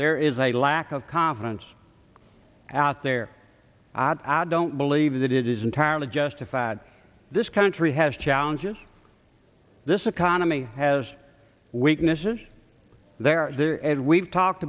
there is a lack of confidence out there i don't believe that it is entirely justified this country has challenges this economy has weaknesses there and we've talked